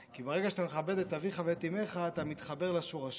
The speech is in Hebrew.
כי ברגע שאתה מכבד את אביך ואת אימך אתה מתחבר לשורשים,